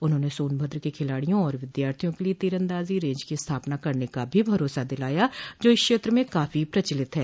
उन्होंने सोनभद्र के खिलाडियों और विद्यार्थियों के लिए तीरंदाजी रेंज की स्थाापना करने का भी भरोसा दिलाया जो इस क्षेत्र में काफी प्रचलित है